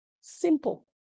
Simple